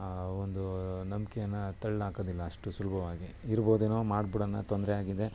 ಒಂದು ನಂಬಿಕೆನ ತಳ್ಳಾಕೋದಿಲ್ಲ ಅಷ್ಟು ಸುಲಭವಾಗಿ ಇರ್ಬೋದೇನೊ ಮಾಡ್ಬಿಡೋಣ ತೊಂದರೆಯಾಗಿದೆ